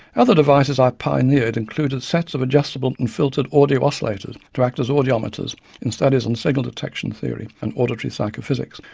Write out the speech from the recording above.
other devices i pioneered included sets of adjustable and filtered audio-oscillators to act as audiometers in studies on signal detection theory and auditory psychophysics,